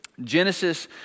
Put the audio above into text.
Genesis